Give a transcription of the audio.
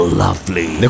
lovely